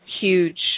huge